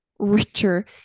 Richer